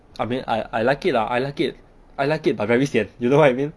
I mean I I like it lah I like it I like it but very sian you know what I mean